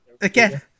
Again